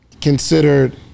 considered